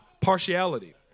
partiality